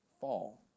fall